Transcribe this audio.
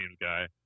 guy